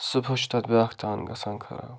صُبَحس چھُ تَتھ بیٛاکھ تان گژھان خراب